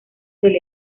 del